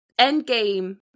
Endgame